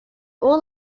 all